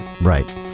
Right